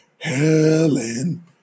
Helen